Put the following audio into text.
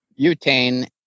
butane